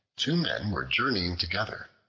two men were journeying together.